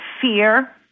fear